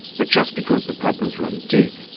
but just because the problems run deep,